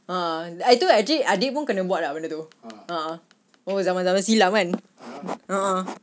ah yang itu actually adik pun kena buat lah benda tu oh zaman zaman silam kan a'ah